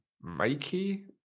Mikey